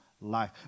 life